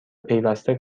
پیوسته